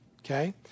Okay